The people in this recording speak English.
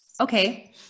Okay